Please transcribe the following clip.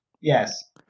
Yes